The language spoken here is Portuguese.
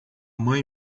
mãe